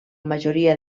majoria